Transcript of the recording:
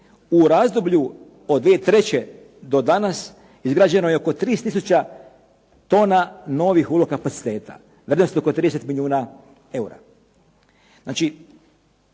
U razdoblju od 2003. do danas izgrađeno je oko 30 tisuća tona novih ulo kapaciteta. ... 30 milijuna eura.